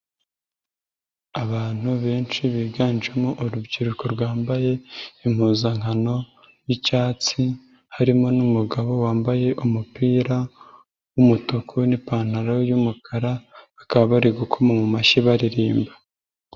Abantu benshi biganjemo urubyiruko rwambaye impuzankano y'icyatsi harimo n'umugabo wambaye umupira w'umutuku n'ipantaro y'umukara, bakaba bari gukoma mu mashyi baririmba.